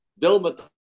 Dilma